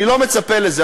אני לא מצפה לזה.